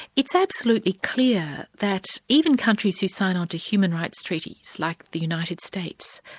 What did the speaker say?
it's absolutely clear that even countries who sign on to human rights treaties like the united states,